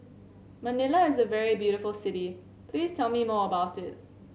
Manila is a very beautiful city please tell me more about it